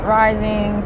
rising